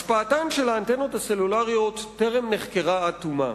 השפעתן של האנטנות הסלולריות טרם נחקרה עד תומה,